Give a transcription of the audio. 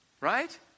Right